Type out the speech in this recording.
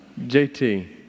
JT